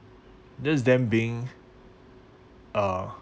just them being uh